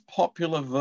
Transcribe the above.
popular